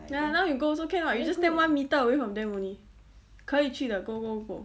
ya now you go also can [what] you just stand one meter away from them only 可以去的 go go go